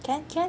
can can